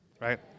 right